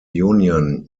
union